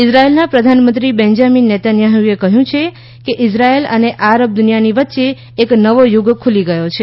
ઇઝરાયલના પ્રધાનમંત્રી બેન્જામિન નેતાન્યાહ્એ કહ્યું છે કે ઈઝરાયલ અને આરબ દુનિયાની વચ્ચે એક નવો યુગ ખુલી ગયો છે